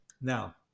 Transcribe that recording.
Now